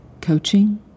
coaching